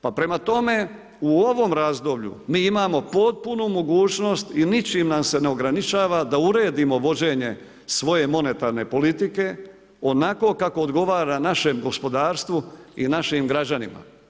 Pa prema tome u ovom razdoblju mi imamo potpunu mogućnost i ničim nas se ne ograničava da uredimo vođenje svoje monetarne politike onako kako odgovara našem gospodarstvu i našim građanima.